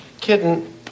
Kitten